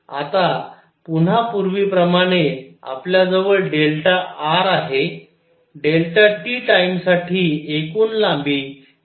आता पुन्हा पूर्वीप्रमाणे आपल्याजवळr आहे tटाइम साठी एकूण लांबी हि c t असणार आहे